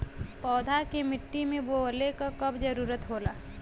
पौधा के मिट्टी में बोवले क कब जरूरत होला